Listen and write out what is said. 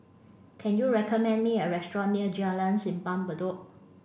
can you recommend me a restaurant near Jalan Simpang Bedok